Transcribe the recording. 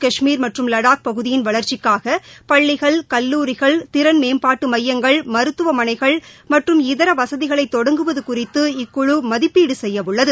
காஷ்மீர் மற்றும் லடாக் பகுதியின் வளர்ச்சிக்காக பள்ளிகள் கல்லூரிகள் திறன்மேம்பாட்டு மையங்கள் மருத்துவமனைகள் மற்றும் இதர வசதிகளை தொடங்குவது குறித்து இக்குழு மதிப்பீடு செய்யவுள்ளது